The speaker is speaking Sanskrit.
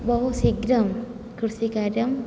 बहुशीघ्रं कृषिकार्यं